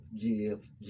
give